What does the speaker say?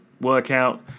workout